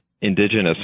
indigenous